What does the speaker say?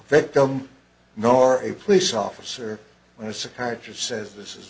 victim nor a police officer when a psychiatrist says this